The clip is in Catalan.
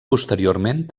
posteriorment